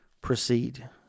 proceed